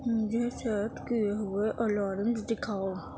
مجھے سیٹ کیے ہوئے الارمز دکھاؤ